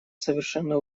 совершенно